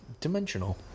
dimensional